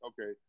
okay